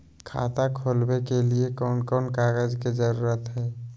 खाता खोलवे के लिए कौन कौन कागज के जरूरत है?